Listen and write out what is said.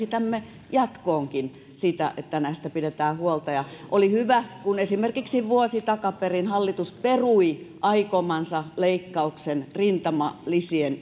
esitämme jatkoonkin sitä että näistä pidetään huolta ja oli hyvä kun esimerkiksi vuosi takaperin hallitus perui aikomansa leikkauksen rintamalisien